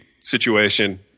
situation